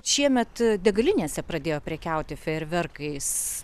šiemet degalinėse pradėjo prekiauti fejerverkais